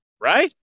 right